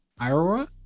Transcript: Iroha